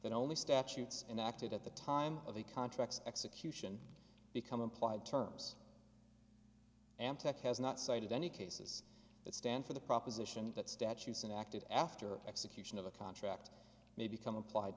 that only statutes in acted at the time of the contracts execution become implied terms antec has not cited any cases that stand for the proposition that statutes and acted after execution of a contract may become applied